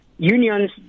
Unions